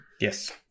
Yes